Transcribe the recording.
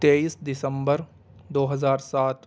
تئیس دسمبر دو ہزار سات